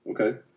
Okay